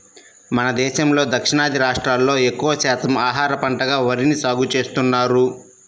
మన దేశంలో దక్షిణాది రాష్ట్రాల్లో ఎక్కువ శాతం ఆహార పంటగా వరిని సాగుచేస్తున్నారు